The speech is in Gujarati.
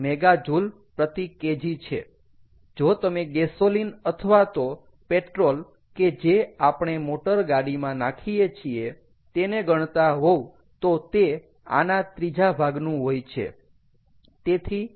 જો તમે ગેસોલીન અથવા તો પેટ્રોલ કે જે આપણે મોટરગાડીમાં નાખીએ છીએ તેને ગણતા હોવ તો તે આના ત્રીજા ભાગનું હોય છે